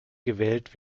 gewählt